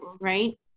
right